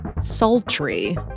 sultry